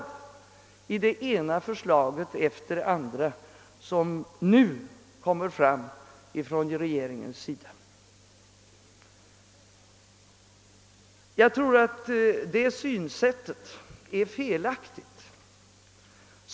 Den kommer till uttryck i det ena förslaget efter det andra från regeringen. Jag tror att det synsättet är felaktigt.